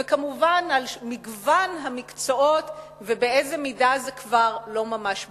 וכמובן על מגוון המקצועות ובאיזו מידה זה כבר לא ממש בגרות.